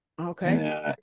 Okay